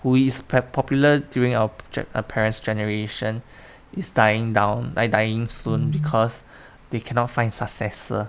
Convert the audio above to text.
who is prep~ popular during our err parent's generation is dying down like dying soon because they cannot find successor